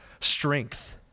strength